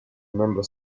membro